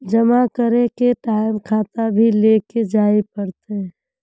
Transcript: जमा करे के टाइम खाता भी लेके जाइल पड़ते?